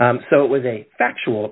s so it was a factual